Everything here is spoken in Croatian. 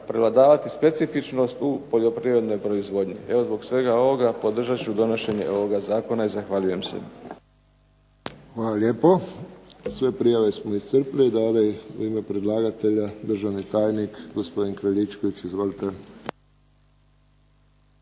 prevladavati specifičnost u poljoprivrednoj proizvodnji. Evo, zbog svega ovoga podržat ću donošenje ovoga zakona. I zahvaljujem se. **Friščić, Josip (HSS)** Hvala lijepo. Sve prijave smo iscrpili. U ime predlagatelja, državni tajnik gospodin Kraljičković. Izvolite.